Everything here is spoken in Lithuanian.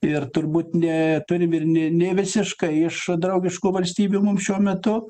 ir turbūt ne turim ir ne nevisiškai iš draugiškų valstybių mums šiuo metu